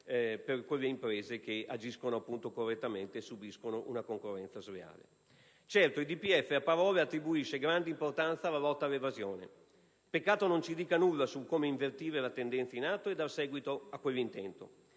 per quelle imprese che agiscono correttamente e subiscono una concorrenza sleale. Certo, il DPEF, a parole, attribuisce grande importanza alla lotta all'evasione. Peccato non ci dica nulla su come invertire la tendenza in atto e dar seguito all'intento.